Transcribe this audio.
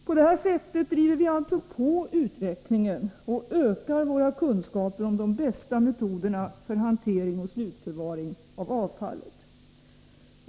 På det här sättet driver vi alltså på utvecklingen och ökar våra kunskaper om de bästa metoderna för hantering och slutförvaring av avfallet.